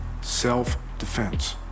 self-defense